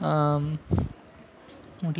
முடி